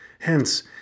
Hence